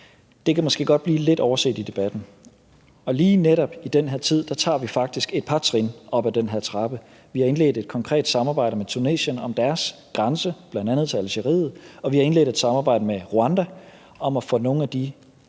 Det kan måske godt blive lidt overset i debatten. Og lige netop i den her tid tager vi faktisk et par trin op ad den her trappe. Vi har indledt et konkret samarbejde med Tunesien om deres grænse, bl.a. til Algeriet, og vi har indledt et samarbejde med Rwanda om at få nogle af de